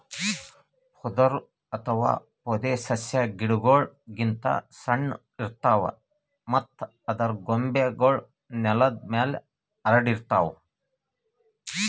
ಪೊದರು ಅಥವಾ ಪೊದೆಸಸ್ಯಾ ಗಿಡಗೋಳ್ ಗಿಂತ್ ಸಣ್ಣು ಇರ್ತವ್ ಮತ್ತ್ ಅದರ್ ಕೊಂಬೆಗೂಳ್ ನೆಲದ್ ಮ್ಯಾಲ್ ಹರ್ಡಿರ್ತವ್